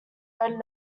red